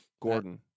Gordon